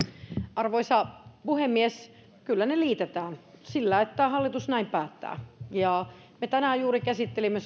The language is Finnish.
arvoisa puhemies kyllä ne liitetään sillä hallitus näin päättää ja me tänään juuri käsittelimme